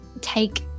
take